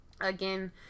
again